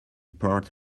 part